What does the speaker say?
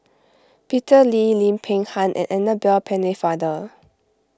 Peter Lee Lim Peng Han and Annabel Pennefather